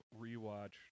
rewatch